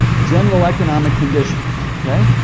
general economic conditions, okay?